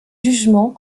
jugements